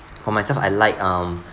for myself I like um